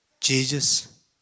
Jesus